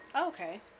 Okay